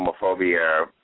homophobia